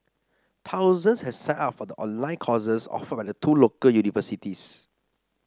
thousands have signed up for the online courses offered by the two local universities